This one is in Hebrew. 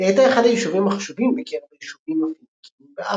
היא הייתה אחד היישובים החשובים בקרב היישובים הפיניקיים באפריקה.